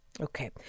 Okay